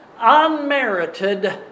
unmerited